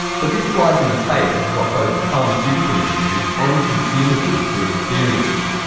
but this flies in the face of what both the pharmaceutical industry and consumer groups are experiencing.